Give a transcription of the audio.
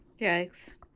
Yikes